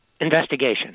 investigation